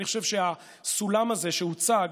אני חושב שהסולם הזה שהוצג,